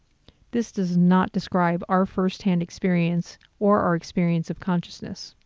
this does not describe our first hand experience or our experience of consciousness.